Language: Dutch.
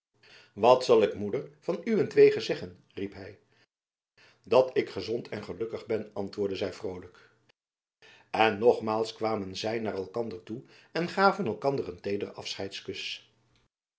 wat zal ik uwe moeder van uwentwege zeggen riep hy dat ik gezond en gelukkig ben antwoordde zy vrolijk en nogmaals kwamen zy naar elkander toe en gaven elkander een